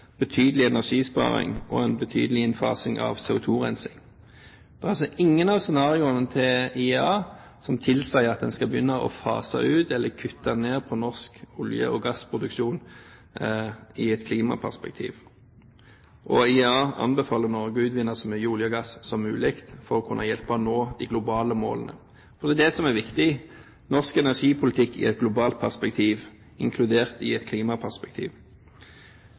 betydelig energisparing og en betydelig innfasing av CO2-rensing. Det er altså ingen av scenarioene til IEA som tilsier at en skal begynne å fase ut eller kutte ned på norsk olje- og gassproduksjon i et klimaperspektiv. IEA anbefaler Norge å utvinne så mye olje og gass som mulig for å kunne hjelpe til med å nå de globale målene. Og det er det som er viktig, norsk energipolitikk i et globalt perspektiv, inkludert i et klimaperspektiv.